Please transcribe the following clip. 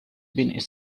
been